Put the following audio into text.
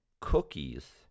cookies